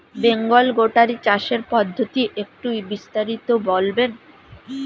বেঙ্গল গোটারি চাষের পদ্ধতি একটু বিস্তারিত বলবেন?